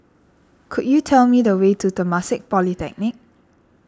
could you tell me the way to Temasek Polytechnic